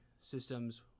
systems